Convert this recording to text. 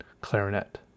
clarinet